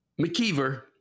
McKeever